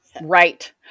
Right